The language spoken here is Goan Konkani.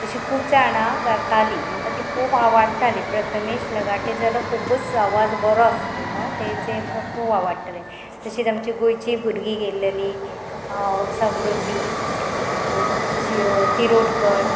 तशीं खूब जाणां गातालीं म्हाका ती खूब आवडटाली प्रथमेश लगाटे जालो खूबच आवाज बरो आसतलो तेजे आमकां खूब आवडटाले तशीच आमची गोंयची भुरगीं गेल्लेली समृध्दी शी तिरोडकर